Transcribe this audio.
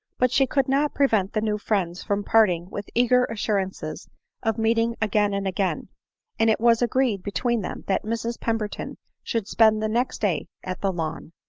but she could not prevent the new friends from parting with eager assurances of meeting again and again and it was agreed between them, that mrs pemberton should spend the next day at the lawn.